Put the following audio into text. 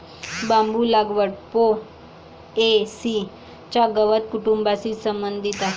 बांबू लागवड पो.ए.सी च्या गवत कुटुंबाशी संबंधित आहे